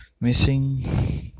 missing